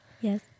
Yes